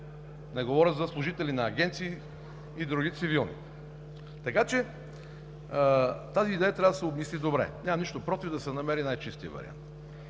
Не говоря за служители на агенции и други цивилни, така че тази идея трябва да се обмисли добре. Нямам нищо против да се намери най чистият вариант.